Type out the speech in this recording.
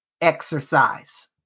exercise